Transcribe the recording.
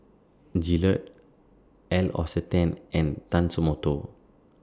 Gillette L'Occitane and Tatsumoto